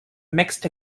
mixed